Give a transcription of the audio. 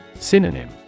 Synonym